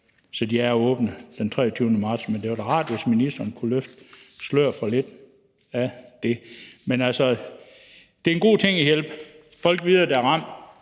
så de er åbne den 23. marts, men det var da rart, hvis ministeren kunne løfte sløret lidt for det. Men altså, det er en god ting at hjælpe folk, der er ramt